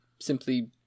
simply